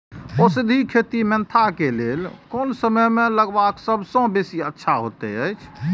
औषधि खेती मेंथा के लेल कोन समय में लगवाक सबसँ बेसी अच्छा होयत अछि?